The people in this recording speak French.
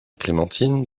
clémentine